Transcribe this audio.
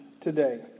today